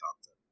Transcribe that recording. content